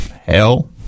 hell